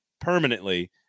permanently